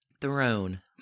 Throne